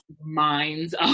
minds